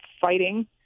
fighting